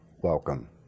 welcome